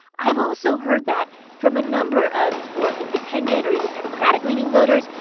i've also heard that from a number of more independent or even democratic-leaning voters,